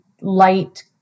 light